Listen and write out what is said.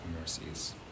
mercies